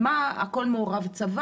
הצבא מעורב?